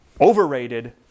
overrated